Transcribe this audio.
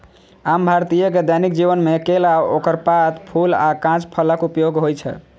आम भारतीय के दैनिक जीवन मे केला, ओकर पात, फूल आ कांच फलक उपयोग होइ छै